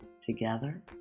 Together